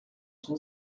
son